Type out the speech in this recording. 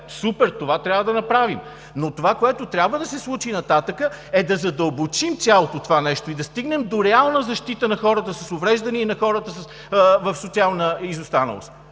Супер! Това трябва да направим, но това, което трябва да се случи нататък, е да задълбочим цялото това нещо и да стигнем до реална защита на хората с увреждания и на хората в социална изостаналост.